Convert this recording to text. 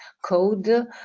code